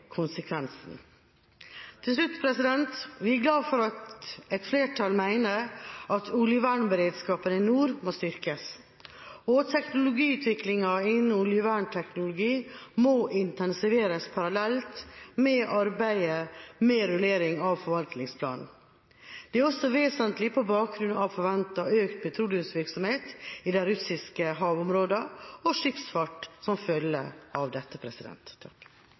konsekvensen. Til slutt: Vi er glad for at et flertall mener at oljevernberedskapen i nord må styrkes, og teknologiutviklinga innen oljevernteknologi må intensiveres parallelt med arbeidet med rullering av forvaltningsplanen. Det er også vesentlig på bakgrunn av forventet økt petroleumsvirksomhet i de russiske havområdene og skipsfart som følger av dette.